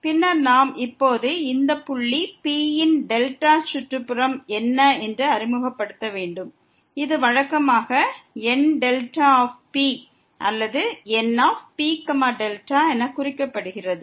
பின்னர் நாம் இப்போது இந்த புள்ளி P ன் டெல்டா சுற்றுப்புறம் என்ன என்று அறிமுகப்படுத்த வேண்டும் இது வழக்கமாக NP அல்லது NPδ என குறிக்கப்படுகிறது